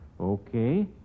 Okay